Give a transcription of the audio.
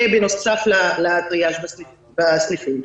זה בנוסף לטריאז' בסניפים.